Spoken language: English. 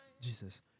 Jesus